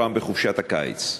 בעבורם בחופשת הקיץ?